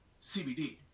CBD